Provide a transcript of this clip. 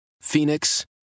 Phoenix